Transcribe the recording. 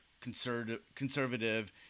conservative